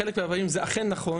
בחלק מהפעמים זה אכן נכון.